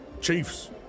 Chiefs